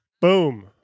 boom